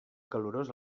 calorós